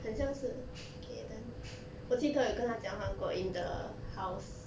很像是 galen 我记得有跟他讲话过 in the house